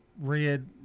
red